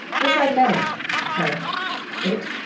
wish i'd met him her it.